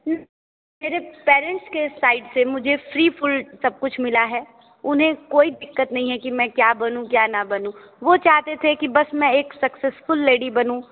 मेरे पेरेंट्स के साइड से मुझे फ़्री फुल सब कुछ मिला है उन्हें कोई दिक्कत नहीं है कि मैं क्या बनूँ क्या ना बनूँ वो चाहते थे कि बस में एक सक्सेसफुल लेडी बनूँ